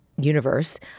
universe